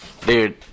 Dude